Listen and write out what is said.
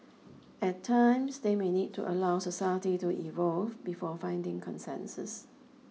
at times they may need to allow society to evolve before finding consensus